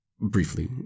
Briefly